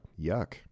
Yuck